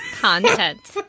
content